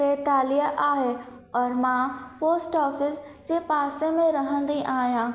टेतालीह आहे और मां पोस्ट ऑफिस जे पासे में रहंदी आहियां